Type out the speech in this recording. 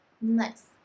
Nice